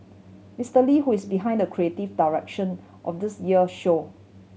Mister Lee who is behind the creative direction of this year show